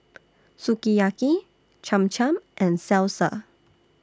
Sukiyaki Cham Cham and Salsa